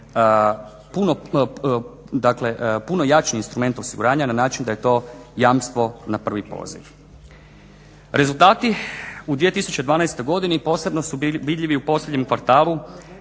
puno jači instrument osiguranja na način da je to jamstvo na prvi poziv. Rezultati u 2012. godini posebno su vidljivi u posljednjem kvartalu